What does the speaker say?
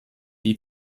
die